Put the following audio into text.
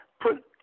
put